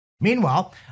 Meanwhile